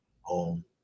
home